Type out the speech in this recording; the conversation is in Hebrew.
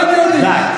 די, די.